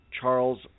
charles